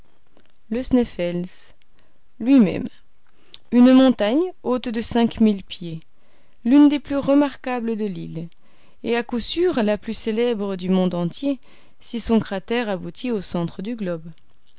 le sneffels lui-même une montagne haute de cinq mille pieds l'une des plus remarquables de l'île et à coup sûr la plus célèbre du monde entier si son cratère aboutit au centre du globe